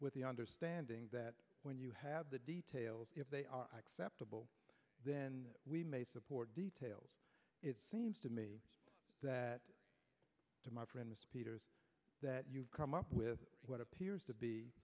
with the understanding that when you have the details if they are acceptable then we may support details it seems to me that to my friend that you've come up with what appears to be